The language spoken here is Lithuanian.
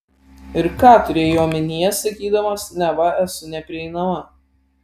ir ką turėjai omenyje sakydamas neva esu neprieinama